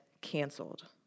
canceled